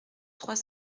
trois